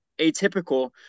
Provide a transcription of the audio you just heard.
atypical